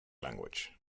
language